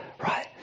Right